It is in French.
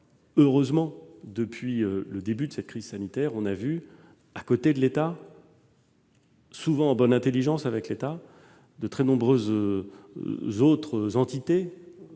heureusement, depuis le début de cette crise sanitaire, nous avons vu, à côté de l'État et souvent en bonne intelligence avec celui-ci, de très nombreuses autres entités,